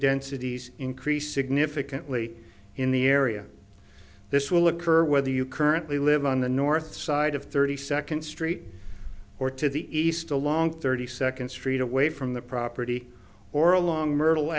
densities increase significantly in the area this will occur whether you currently live on the north side of thirty second street or to the east along thirty second street away from the property or along myrtle